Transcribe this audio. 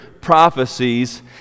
prophecies